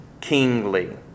kingly